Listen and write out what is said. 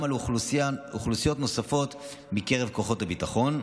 גם על אוכלוסיות נוספות מקרב כוחות הביטחון.